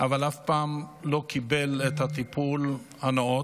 אבל אף פעם לא קיבל את הטיפול הנאות,